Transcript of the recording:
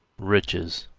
riches,